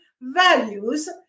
values